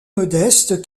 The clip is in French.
modestes